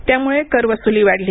त्यामुळे करवसुली वाढली